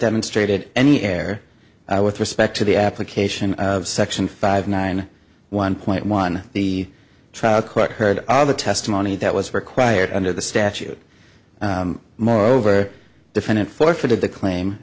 demonstrated any air i with respect to the application of section five nine one point one the trial court heard all the testimony that was required under the statute moreover defendant forfeited the claim